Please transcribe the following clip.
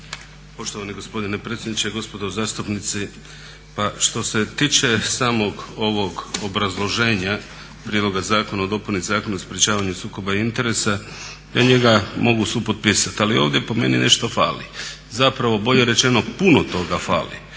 Poštovani gospodine predsjedniče, gospodo zastupnici pa što se tiče samog ovog obrazloženja prijedloga Zakona o dopuni Zakona o sprječavanju sukoba interesa ja njega mogu supotpisati, ali ovdje po meni nešto fali, zapravo bolje rečeno puno toga fali.